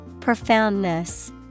Profoundness